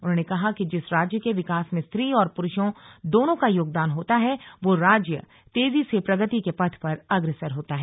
उन्होंने कहा कि जिस राज्य के विकास में स्त्री और पुरूषों दोनों का योगदान होता है वह राज्य तेजी से प्रगति के पथ पर अग्रसर होता है